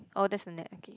oh that's a net oksy